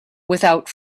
without